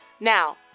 Now